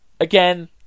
again